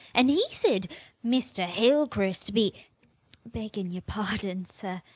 an' e said mr. hillcrist be beggin' your pardon, sir.